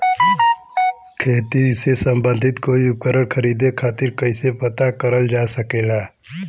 खेती से सम्बन्धित कोई उपकरण खरीदे खातीर कइसे पता करल जा सकेला?